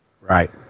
right